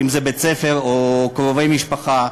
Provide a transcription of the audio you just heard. אם בית-ספר או קרובי משפחה,